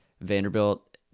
Vanderbilt